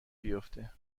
بیفته